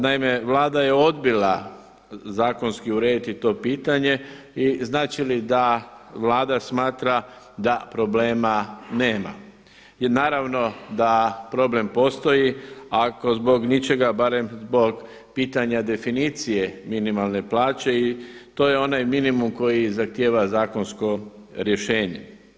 Naime, Vlada je odbila zakonski urediti to pitanje i znači li da Vlada smatra da problema nema jer naravno da problem postoji ako zbog ničega barem zbog pitanja definicije minimalne plaće i to je onaj minimum koji zahtjeva zakonsko rješenje.